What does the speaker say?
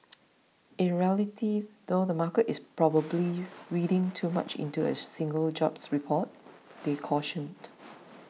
in reality though the market is probably reading too much into a single jobs report they cautioned